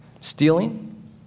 Stealing